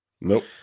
Nope